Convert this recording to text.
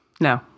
No